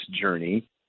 journey